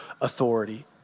authority